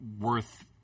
worth